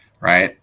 right